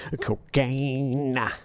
Cocaine